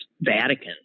Vatican